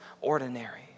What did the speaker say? ordinary